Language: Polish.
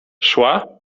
szła